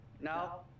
No